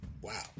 wow